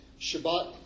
Shabbat